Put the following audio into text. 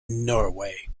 norway